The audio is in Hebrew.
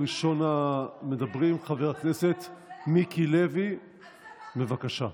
ראשון הדוברים, חבר הכנסת מיקי לוי, בבקשה.